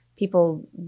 People